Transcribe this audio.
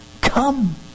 Come